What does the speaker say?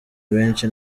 benshi